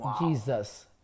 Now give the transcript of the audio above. jesus